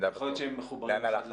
יכול להיות שהם מחוברים אחד לשני.